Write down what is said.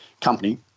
company